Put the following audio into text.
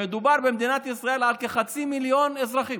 במדינת ישראל מדובר על כחצי מיליון אזרחים.